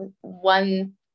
one